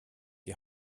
die